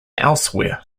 elsewhere